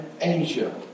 Asia